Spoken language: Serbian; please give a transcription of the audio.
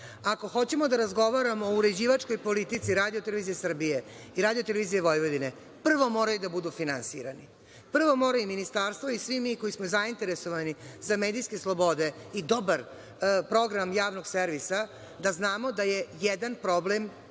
hoćemo da razgovaramo o uređivačkoj politici RTS i RTV prvo moraju da budu finansirani. Prvo mora ministarstvo i svi mi koji smo zainteresovani za medijske slobode i dobar program Javnog servisa da znamo da je jedan problem